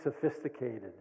sophisticated